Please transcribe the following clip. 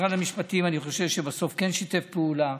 אני חושב שבסוף משרד המשפטים שיתף פעולה.